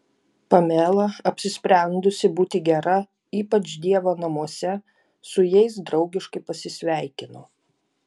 pamela apsisprendusi būti gera ypač dievo namuose su jais draugiškai pasisveikino